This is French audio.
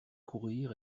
courir